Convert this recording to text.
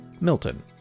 Milton